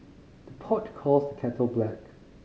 the pot calls the kettle black